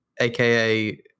AKA